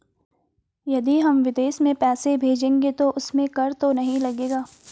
यदि हम विदेश में पैसे भेजेंगे तो उसमें कर तो नहीं लगेगा?